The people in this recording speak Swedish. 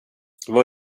vad